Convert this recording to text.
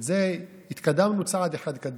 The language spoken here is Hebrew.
בזה התקדמנו צעד אחד קדימה,